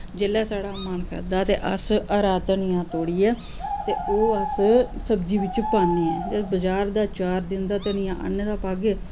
जेल्लै साढ़ा मन करदा ऐ अस हरा धनियां त्रोड़ियै ते ओह् अस सब्जी बिच्च पान्ने आं ते बजार दा चार दिन दा धनियां आह्नै दा पागै